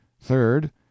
Third